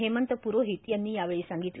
हेमंत प्रोहित यांनी यावेळी सांगितलं